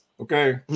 Okay